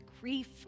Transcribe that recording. grief